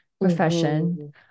profession